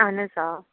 اَہن حظ آ